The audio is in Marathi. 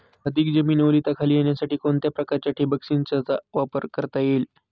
अधिक जमीन ओलिताखाली येण्यासाठी कोणत्या प्रकारच्या ठिबक संचाचा वापर करता येईल?